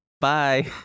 Bye